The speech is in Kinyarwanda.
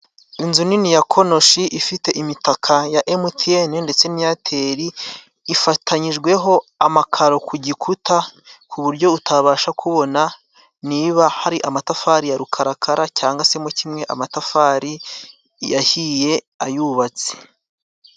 Inzu nini ya konoshi ifite imitaka ya emutiyene ndetse n' iyateri, ifatanyijweho amakaro ku gikuta ku buryo utabasha kubona niba hari amatafari ya rukarakara cyangwa se mo kimwe amatafari yahiye ayubatse.